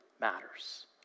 matters